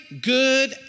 good